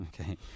Okay